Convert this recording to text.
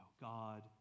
God